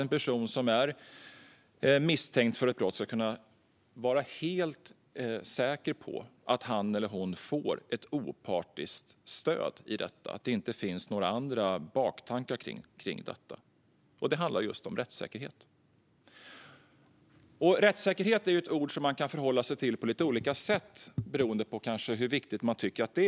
En person som är misstänkt för ett brott ska kunna vara helt säker på att han eller hon får ett opartiskt stöd i detta och att det inte finns några andra baktankar. Det handlar alltså om rättssäkerhet. Rättssäkerhet är ett begrepp som man kan förhålla sig till på lite olika sätt, kanske beroende på hur viktigt man tycker att det är.